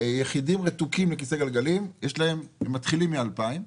יחידים רתוקים לכיסא גלגלים הם מתחילים מ-2,000,